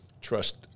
trust